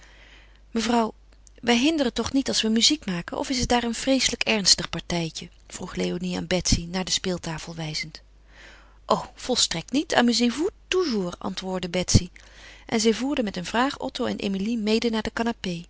mevrouw wij hinderen toch niet als we muziek maken of is het daar een vreeselijk ernstig partijtje vroeg léonie aan betsy naar de speeltafel wijzend o volstrekt niet amusez vous toujours antwoordde betsy en zij voerde met een vraag otto en emilie mede naar de canapé